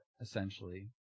essentially